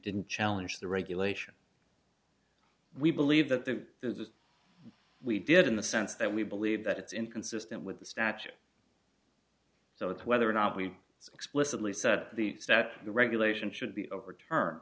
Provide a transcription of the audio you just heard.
didn't challenge the regulation we believe that the we did in the sense that we believe that it's inconsistent with the statute so that whether or not we explicitly set these that the regulation should be overturned